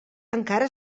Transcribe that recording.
encara